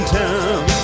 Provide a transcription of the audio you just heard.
town